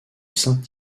saint